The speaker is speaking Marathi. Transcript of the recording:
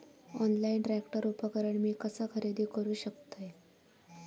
ऑनलाईन ट्रॅक्टर उपकरण मी कसा खरेदी करू शकतय?